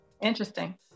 Interesting